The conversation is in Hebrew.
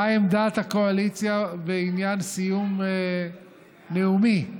מה עמדת הקואליציה בעניין סיום נאומי?